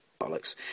Bollocks